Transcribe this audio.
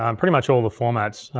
um pretty much all the formats.